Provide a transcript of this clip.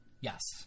Yes